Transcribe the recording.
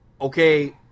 okay